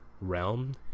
realm